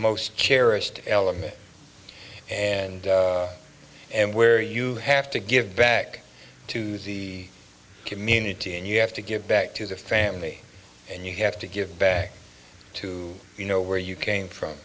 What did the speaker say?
cherished element and and where you have to give back to the community and you have to give back to the family and you have to give back to you know where you came from